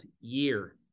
year